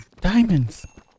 Diamonds